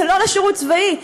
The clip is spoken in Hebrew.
ולא לשירות צבאי,